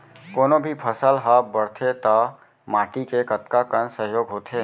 कोनो भी फसल हा बड़थे ता माटी के कतका कन सहयोग होथे?